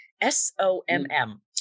s-o-m-m